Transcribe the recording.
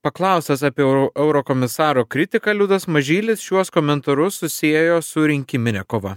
paklaustas apie euro eurokomisaro kritiką liudas mažylis šiuos komentarus susiejo su rinkimine kova